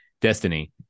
destiny